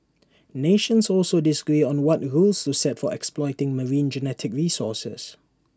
nations also disagree on what rules to set for exploiting marine genetic resources